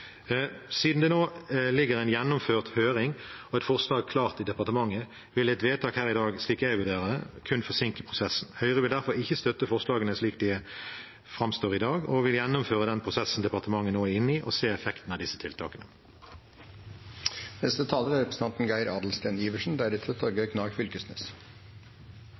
Siden det nå ligger en gjennomført høring og et forslag klart i departementet, ville et vedtak her i dag, slik jeg vurderer det, kun forsinke prosessen. Høyre vil derfor ikke støtte forslagene slik de framstår i dag, og vil gjennomføre den prosessen departementet nå er inne i, og se effekten av disse tiltakene. Senterpartiet ønsker aktivitet i distriktene. Dette med turistfiske er